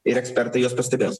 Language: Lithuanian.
ir ekspertai juos pastebės